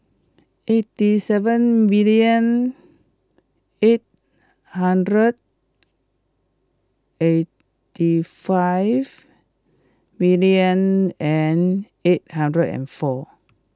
eighty seven million eight hundred eighty five million and eight hundred and four